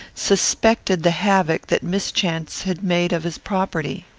suspected the havoc that mischance had made of his property.